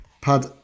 Pad